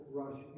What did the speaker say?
rush